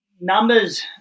numbers